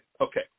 Okay